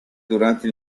durante